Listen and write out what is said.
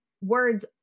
words